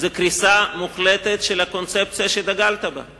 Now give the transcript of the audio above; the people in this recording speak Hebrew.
קריסה מוחלטת של הקונספציה שדגלת בה.